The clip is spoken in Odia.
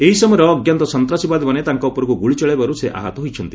ଏହି ସମୟରେ ଅଜ୍ଞାତ ସନ୍ତାସବାଦୀମାନେ ତାଙ୍କ ଉପରକୁ ଗୁଳି ଚଳାଇବାରୁ ସେ ଆହତ ହୋଇଛନ୍ତି